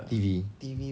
T_V